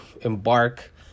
embark